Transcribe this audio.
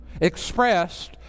expressed